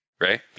Right